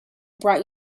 brought